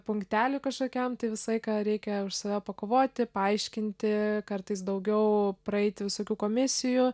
punkteliui kažkokiam tai visą laiką reikia už save pakovoti paaiškinti kartais daugiau praeiti visokių komisijų